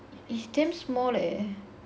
it's damn small leh